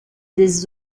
des